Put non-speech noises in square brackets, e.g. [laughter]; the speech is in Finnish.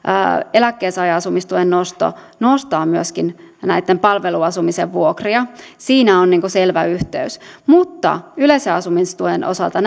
eläkkeensaajan asumistuen nosto nostaa myöskin näitten palveluasumisten vuokria siinä on selvä yhteys mutta yleisen asumistuen osalta [unintelligible]